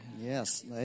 Yes